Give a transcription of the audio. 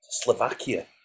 Slovakia